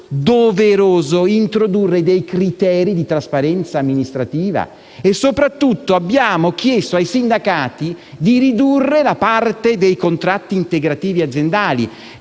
doveroso introdurre criteri di trasparenza amministrativa. Soprattutto abbiamo chiesto ai sindacati di ridurre la parte dei contratti integrativi aziendali